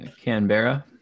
Canberra